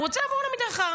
הוא רוצה לעבור למדרכה,